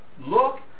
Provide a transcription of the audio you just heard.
Look